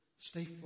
Stay